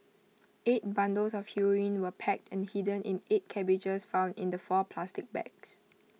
eight bundles of heroin were packed and hidden in eight cabbages found in the four plastic bags